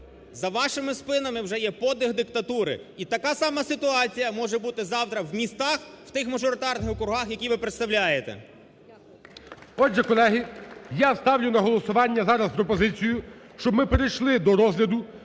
за вашим спинами вже є подих диктатури і така сама ситуація може бути завтра в містах, в тих мажоритарних округах, які ви представляєте. ГОЛОВУЮЧИЙ. Отже, колеги, я ставлю на голосування зараз пропозицію, щоб ми перейшли до розгляду